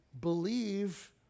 believe